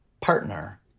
partner